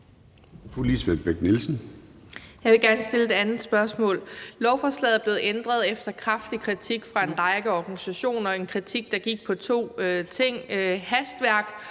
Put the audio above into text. jeg gerne stille et andet spørgsmål. Lovforslaget er blevet ændret efter kraftig kritik fra en række organisationer – en kritik, der gik på to ting: hastværket